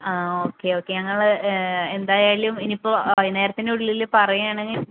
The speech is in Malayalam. ആ ഓക്കേ ഓക്കേ ഞങ്ങള് എന്തായാലും ഇനി ഇപ്പോൾ വൈകുന്നേരത്തിനുള്ളില് പറയുകയാണെങ്കില്